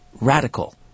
radical